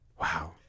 Wow